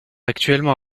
actuellement